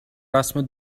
رسم